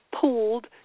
pooled